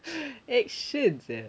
action sia